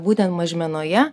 būtent mažmenoje